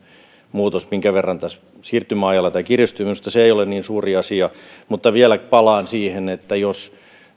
se minkä verran verotus tässä siirtymäajalla kiristyy minusta se ei ole niin suuri asia ja vielä palaan siihen että jos